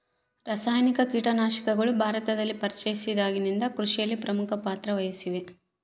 ರಾಸಾಯನಿಕ ಕೇಟನಾಶಕಗಳು ಭಾರತದಲ್ಲಿ ಪರಿಚಯಿಸಿದಾಗಿನಿಂದ ಕೃಷಿಯಲ್ಲಿ ಪ್ರಮುಖ ಪಾತ್ರ ವಹಿಸಿವೆ